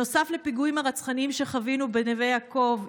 נוסף לפיגועים הרצחניים שחווינו בנווה יעקב,